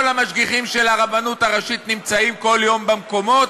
כל המשגיחים של הרבנות הראשית נמצאים כל יום במקומות?